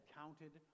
counted